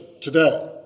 today